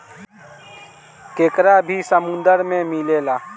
केकड़ा भी समुन्द्र में मिलेला